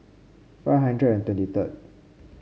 five hundred and twenty third